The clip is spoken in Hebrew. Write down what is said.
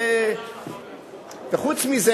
וחוץ מזה,